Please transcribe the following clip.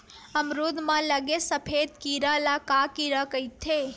अमरूद म लगे सफेद कीरा ल का कीरा कइथे?